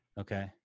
Okay